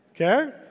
Okay